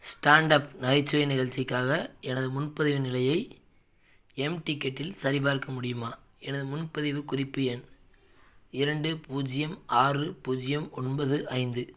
stand up நகைச்சுவை நிகழ்ச்சிக்காக எனது முன்பதிவின் நிலையை எம் டிக்கெட்டில் சரிபார்க்க முடியுமா எனது முன்பதிவுக் குறிப்பு எண் இரண்டு பூஜ்ஜியம் ஆறு பூஜ்ஜியம் ஒன்பது ஐந்து